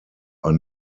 are